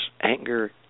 anger